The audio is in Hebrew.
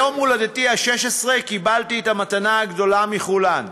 ליום הולדתי ה-16 קיבלתי את המתנה הגדולה מכולן,